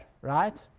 right